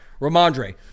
Ramondre